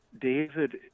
David